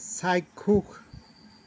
চাক্ষুষ